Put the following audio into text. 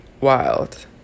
Wild